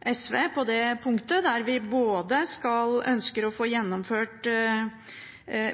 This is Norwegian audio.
SV på det punktet, bl.a. at vi ønsker å få gjennomført